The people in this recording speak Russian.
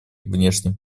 внешней